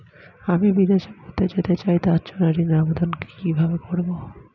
আমি বিদেশে পড়তে যেতে চাই তার জন্য ঋণের আবেদন কিভাবে করব?